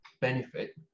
benefit